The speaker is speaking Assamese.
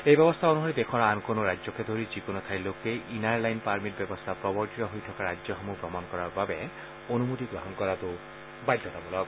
এই ব্যৱস্থা অনুসৰি দেশৰ আন কোনো ৰাজ্যকে ধৰি যিকোনো ঠাইৰ লোকেই ইনাৰ লাইন পাৰ্মিট ব্যৱস্থা প্ৰৱৰ্তিত হৈ থকা ৰাজ্যসমূহ ভ্ৰমণ কৰাৰ বাবে অনুমতি গ্ৰহণ কৰাটো বাধ্যতামূলক